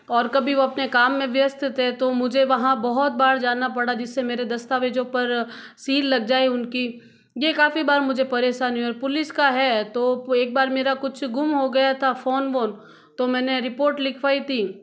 और कभी वो अपने काम में व्यस्त थे तो मुझे वहाँ बहुत बार जाना पड़ा जिससे मेरे दस्तावेज़ों पर सील लग जाए उनकी ये काफ़ी बार मुझे परेशानी हुई और पुलिस का है तो एक बार मेरा कुछ गुम हो गया था फ़ोन वोन तो मैंने रिपोर्ट लिखवाई ती